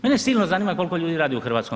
Mene silno zanima koliko ljudi radi u HS?